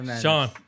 Sean